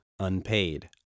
unpaid